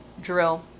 drill